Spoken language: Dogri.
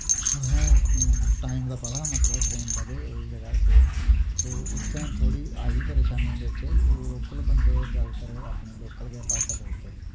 असें टाइम दा पता हा मतलब ट्रेन दा के एह् ज'गा च तो उत्थै थोह्ड़ी आई परेशानी बिच्च लोकल बंदे जैदातर ओह् अपने लोकल गै भाशा बोलदे हे